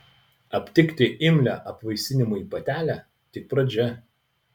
aptikti imlią apvaisinimui patelę tik pradžia